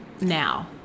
now